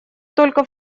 только